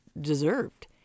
deserved